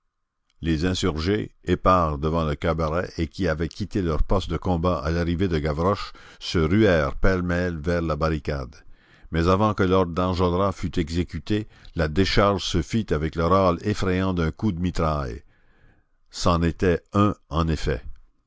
les insurgés épars devant le cabaret et qui avaient quitté leur poste de combat à l'arrivée de gavroche se ruèrent pêle-mêle vers la barricade mais avant que l'ordre d'enjolras fût exécuté la décharge se fit avec le râle effrayant d'un coup de mitraille c'en était un en effet